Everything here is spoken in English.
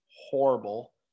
horrible